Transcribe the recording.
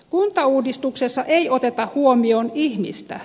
kuntauudistuksessa ei oteta huomioon ihmistä